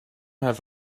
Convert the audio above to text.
have